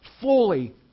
fully